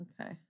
Okay